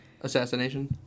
assassination